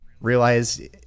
realize